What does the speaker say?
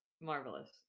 marvelous